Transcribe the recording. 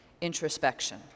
introspection